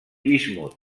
bismut